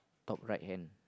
top right hand